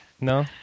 No